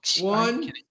one